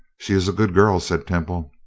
she is a good girl, said temple.